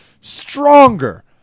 stronger